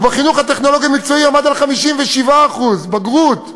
ובחינוך הטכנולוגי-מקצועי הוא עמד על 57% בגרות שלמה.